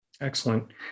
Excellent